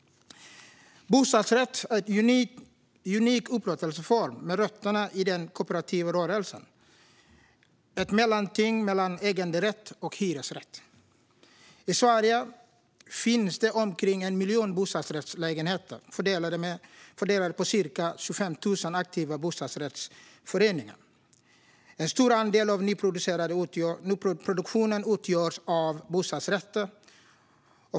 Bostadsrätt är en unik upplåtelseform med rötterna i den kooperativa rörelsen - ett mellanting mellan äganderätt och hyresrätt. I Sverige finns omkring 1 miljon bostadsrättslägenheter fördelade på ca 25 000 aktiva bostadsrättsföreningar. En stor andel av nyproduktionen utgörs av bostadsrätter.